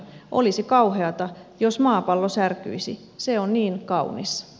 olisi kauheata jos maapallo särkyisi se on niin kaunis